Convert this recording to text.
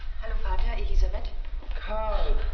hello, father, elisabeth carla,